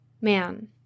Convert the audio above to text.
man